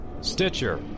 Stitcher